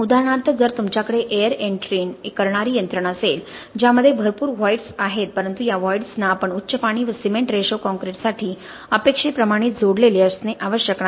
उदाहरणार्थ जर तुमच्याकडे एयर एण्ट्रइन करणारी यंत्रणा असेल ज्यामध्ये भरपूर व्हॉईड्स आहेत परंतु या व्हॉईड्सना आपण उच्च पाणी व सिमेंट रेशो कॉंक्रिटसाठी अपेक्षेप्रमाणे जोडलेले असणे आवश्यक नाही